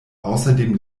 außerdem